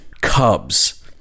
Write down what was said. Cubs